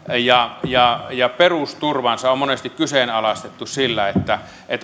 ja ja perusturvansa on monesti kyseenalaistettu sillä että